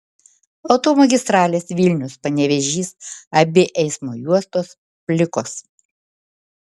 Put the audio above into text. automagistralės vilnius panevėžys abi eismo juostos plikos